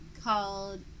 called